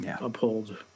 uphold